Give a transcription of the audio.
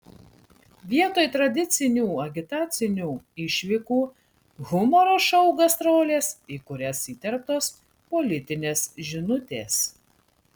vietoj tradicinių agitacinių išvykų humoro šou gastrolės į kurias įterptos politinės žinutės